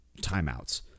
timeouts